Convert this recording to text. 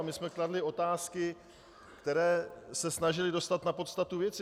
My jsme kladli otázky, které se snažily dostat na podstatu věci.